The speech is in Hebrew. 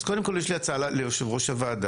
אז קודם כל יש לי הצעה ליו"ר הוועדה,